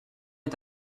est